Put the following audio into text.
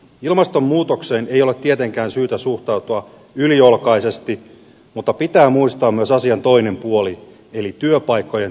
ilmastonmuutokseen ei ole tietenkään syytä suhtautua yliolkaisesti mutta pitää muistaa myös asian toinen puoli eli työpaikkojen tuoma toimeentulo